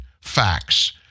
facts